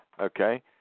Okay